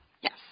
Yes